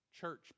Church